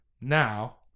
now